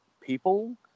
people